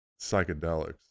psychedelics